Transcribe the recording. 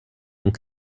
ont